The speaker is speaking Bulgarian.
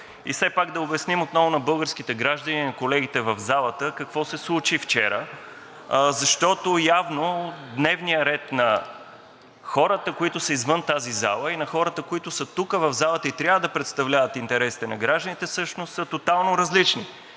И все пак да обясним отново на българските граждани и на колегите в залата какво се случи вчера, защото явно дневният ред на хората, които са извън тази зала, и на хората, които са тук в залата и трябва да представляват интересите на гражданите, всъщност са тотално различни,